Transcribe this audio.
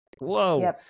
whoa